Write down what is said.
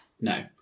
No